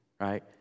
right